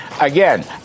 Again